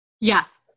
Yes